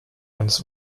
eines